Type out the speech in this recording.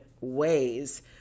ways